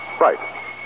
right